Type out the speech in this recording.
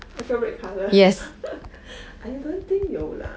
那个 red colour I don't think 有 lah